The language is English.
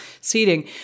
seating